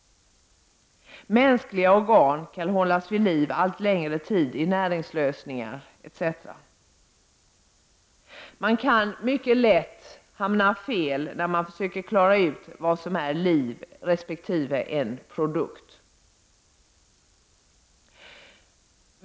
Mänskliga organ kan hållas vid liv allt längre tid i näringslösningar, etc. Man kan mycket lätt hamna fel när man försöker klara ut vad som är liv resp. en ”produkt”.